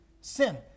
sin